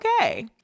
Okay